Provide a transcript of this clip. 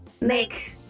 make